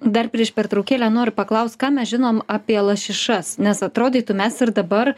dar prieš pertraukėlę noriu paklaust ką mes žinom apie lašišas nes atrodytų mes ir dabar